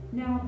Now